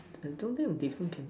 I don't think the different can